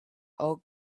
ogilvy